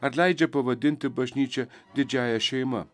ar leidžia pavadinti bažnyčią didžiąja šeima